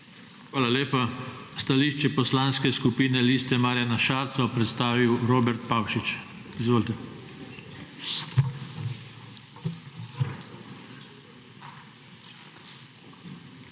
Hvala lepa. Stališče Poslanske skupine Liste Marjana Šarca bo predstavil Robert Pavšič. Izvolite.